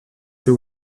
peut